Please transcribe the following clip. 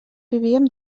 vivíem